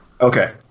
Okay